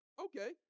Okay